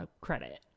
credit